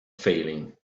failing